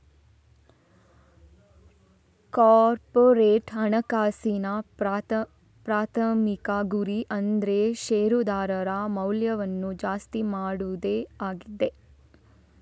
corporate ಹಣಕಾಸಿನ ಪ್ರಾಥಮಿಕ ಗುರಿ ಅಂದ್ರೆ ಶೇರುದಾರರ ಮೌಲ್ಯವನ್ನ ಜಾಸ್ತಿ ಮಾಡುದೇ ಆಗಿದೆ